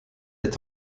est